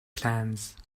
plans